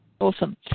Awesome